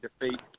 defeat